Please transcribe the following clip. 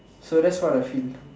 so that's what I feel